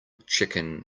chicken